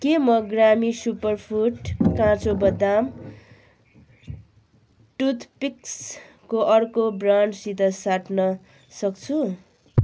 के म ग्रामी सुपरफुड काँचो बदाम टुथपिक्सको अर्को ब्रान्डसित साट्न सक्छु